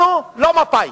אנחנו לא מפא"י.